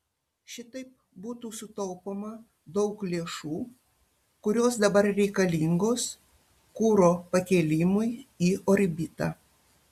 šitaip būtų sutaupoma daug lėšų kurios dabar reikalingos kuro pakėlimui į orbitą